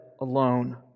alone